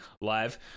live